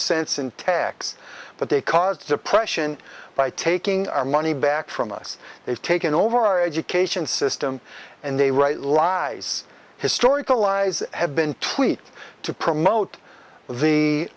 cents in tax but they caused the depression by taking our money back from us they've taken over our education system and they write lies historical lies have been tweaked to promote the